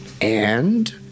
And